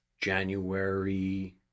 January